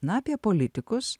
na apie politikus